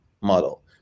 model